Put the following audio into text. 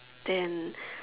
then